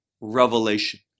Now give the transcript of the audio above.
revelation